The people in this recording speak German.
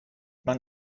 man